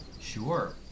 Sure